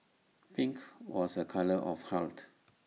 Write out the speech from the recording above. pink was A colour of health